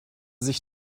sich